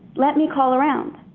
let me call around.